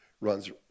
runs